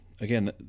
again